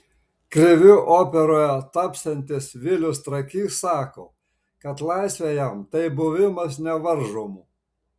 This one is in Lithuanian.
kriviu operoje tapsiantis vilius trakys sako kad laisvė jam tai buvimas nevaržomu